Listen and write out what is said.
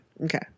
Okay